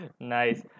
Nice